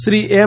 Shri એમ